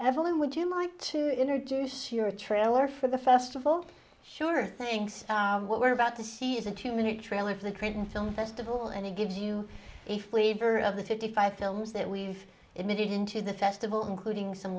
evelyn would you like to introduce your trailer for the festival sure thing so what we're about to see is a two minute trailer for the film festival and it gives you a flavor of the fifty five films that we've emitted into the festival including some